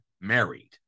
married